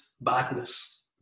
badness